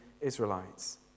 Israelites